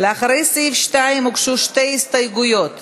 ההסתייגות (1)